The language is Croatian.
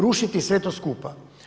Rušiti sve to skupa.